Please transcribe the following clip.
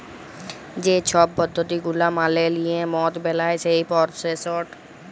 যে ছব পদ্ধতি গুলা মালে লিঁয়ে মদ বেলায় সেই পরসেসট